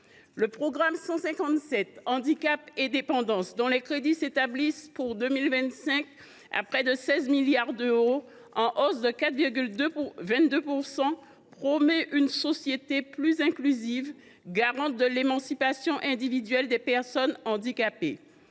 Le programme 157 « Handicap et dépendance », dont les crédits s’établissent, pour 2025, à près de 16 milliards d’euros, en hausse de 4,22 %, promeut une société plus inclusive, garante de l’émancipation individuelle des personnes handicapées.